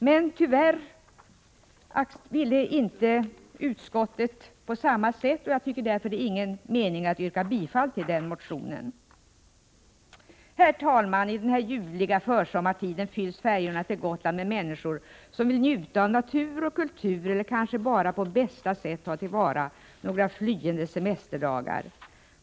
Men tyvärr ville inte utskottet detsamma, och jag tycker därför inte att det är någon mening med att yrka bifall till motionen. Herr talman! I denna ljuvliga försommartid fylls färjorna till Gotland med människor som vill njuta av natur och kultur eller kanske bara på bästa sätt ta till vara några flyende semesterdagar.